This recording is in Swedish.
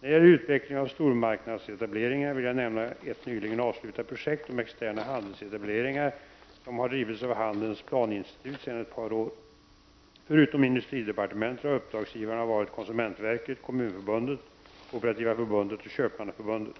När det gäller utvecklingen av stormarknadsetableringar vill jag nämna ett nyligen avslutat projekt om externa handelsetableringar som har drivits av Handelns planinstitut sedan ett par år. Förutom industridepartementet har uppdragsgivarna varit konsumentverket, Kommunförbundet, Kooperativa förbundet samt Köpmannaförbundet.